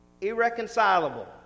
irreconcilable